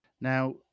Now